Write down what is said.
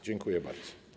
Dziękuję bardzo.